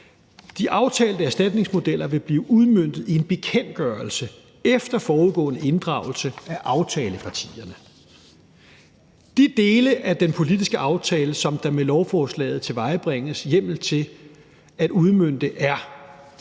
De aftalte erstatningsmodeller vil blive udmøntet i en bekendtgørelse efter forudgående inddragelse af aftalepartierne. De dele af den politiske aftale, som der med lovforslaget tilvejebringes hjemmel til at udmønte, er